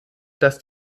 dass